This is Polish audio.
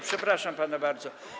Przepraszam pana bardzo.